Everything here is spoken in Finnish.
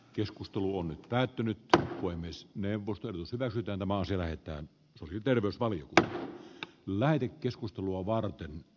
keskustelu on nyt päättynyt mikä voi myös melko tylsä täytyy tämä maa sillä että hän tuli terveysvaliokunta aiheuttaa uudelleen mielenterveysongelmia